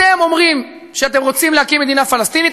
אתם אומרים שאתם רוצים להקים מדינה פלסטינית?